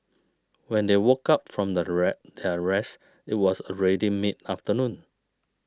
when they woke up from the their rest it was already mid afternoon